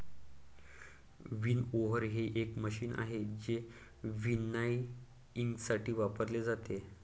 winnower हे एक machine आहे जे विनॉयइंगसाठी वापरले जाते